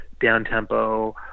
down-tempo